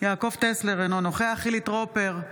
יעקב טסלר, אינו נוכח חילי טרופר,